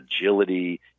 agility